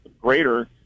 greater